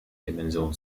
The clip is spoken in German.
dimension